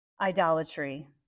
idolatry